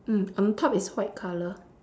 mm on top is white colour